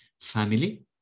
Family